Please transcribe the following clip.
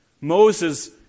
Moses